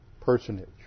personage